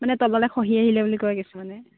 মানে তললৈ খহি আহিলে বুলি কয় কিছুমানে